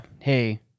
Hey